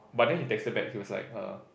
but then he texted back he was like err